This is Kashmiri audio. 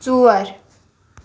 دٔچھُن